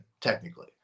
technically